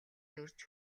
төрж